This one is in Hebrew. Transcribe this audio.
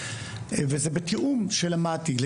וזה בתיאום של המת"י.